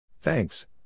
Thanks